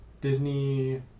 Disney